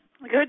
Good